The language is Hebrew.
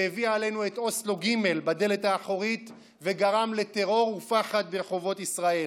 שהביא עלינו את אוסלו ג' בדלת האחורית וגרם לטרור ופחד ברחובות ישראל.